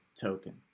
token